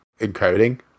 encoding